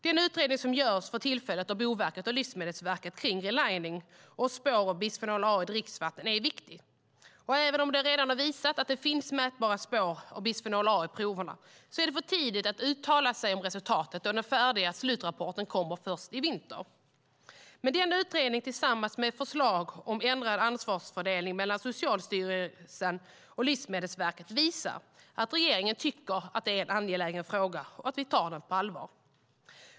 Den utredning som görs för tillfället av Boverket och Livsmedelsverket kring relining och spår av bisfenol A i dricksvatten är viktig, och även om det redan visat sig att det finns mätbara spår av bisfenol A i proverna är det för tidigt att uttala sig om resultatet, då den färdiga slutrapporten kommer först i vinter. Men den utredningen tillsammans med förslag om ändrad ansvarsfördelning mellan Socialstyrelsen och Livsmedelsverket visar att regeringen tycker att det är en angelägen fråga och att vi tar den på allvar.